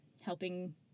helping